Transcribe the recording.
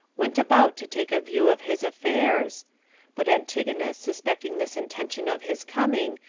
went about to take a view of his affairs but antigonus suspecting this intention of his coming,